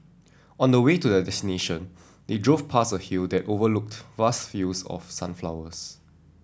on the way to their destination they drove past a hill that overlooked vast fields of sunflowers